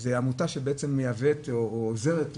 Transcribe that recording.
זו עמותה שבעצם מייבאת או עוזרת לייבא.